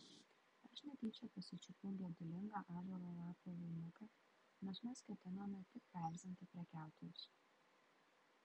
aš netyčia pasičiupau gedulingą ąžuolo lapų vainiką nors mes ketinome tik paerzinti prekiautojus